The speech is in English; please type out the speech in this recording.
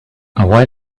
why